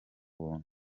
buntu